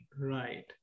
Right